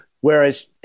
whereas